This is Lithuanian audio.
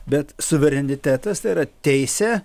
bet suverenitetas tai yra teisė